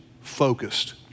focused